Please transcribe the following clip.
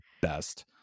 best